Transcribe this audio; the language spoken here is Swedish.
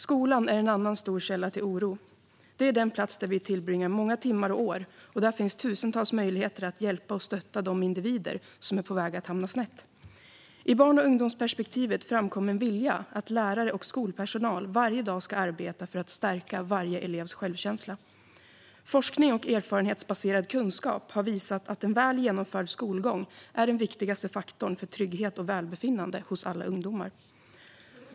Skolan är en annan stor källa till oro. Det är den plats där vi tillbringar många timmar och år, och där finns tusentals möjligheter att hjälpa och stötta de individer som är på väg att hamna snett. Från de barn och ungdomar som delade med sig av sitt perspektiv framkom en vilja att lärare och skolpersonal varje dag ska arbeta för att stärka varje elevs självkänsla. Forskning och erfarenhetsbaserad kunskap har visat att en väl genomförd skolgång är den viktigaste faktorn för trygghet och välbefinnande hos alla ungdomar.